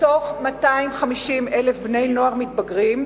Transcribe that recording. מתוך 250,000 בני-נוער מתבגרים,